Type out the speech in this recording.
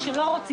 וכאן צריך